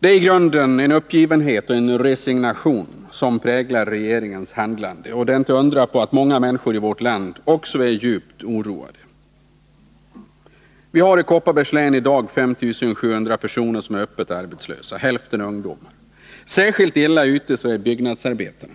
Det är i grunden uppgivenhet och resignation som präglar regeringens handlande. Det är inte att undra på att många människor i vårt land också är djupt oroade. Vi har i Kopparbergs län i dag 5 700 personer som är öppet arbetslösa, varav hälften är ungdomar. Särskilt illa ute är byggnadsarbetarna.